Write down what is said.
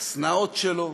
השנאות שלו,